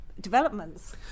developments